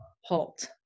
halt